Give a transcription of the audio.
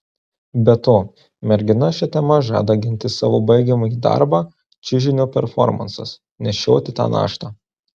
be to mergina šia tema žada ginti savo baigiamąjį darbą čiužinio performansas nešioti tą naštą